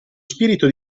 spirito